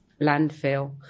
landfill